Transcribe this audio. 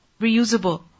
reusable